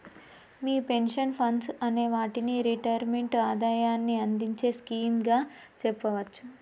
మీ pension funds అనే వాటిని retirement ఆదాయాన్ని అందించే స్కీమ్ గా చెప్పవచ్చు